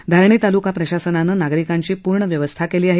धारणी ताल्का प्रशासनानं नागरिकांची पूर्ण व्यवस्था केली आहे